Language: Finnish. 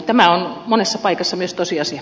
tämä on monessa paikassa myös tosiasia